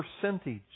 percentage